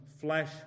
flesh